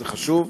זה חשוב,